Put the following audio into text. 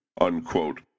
unquote